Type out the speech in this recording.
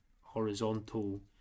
horizontal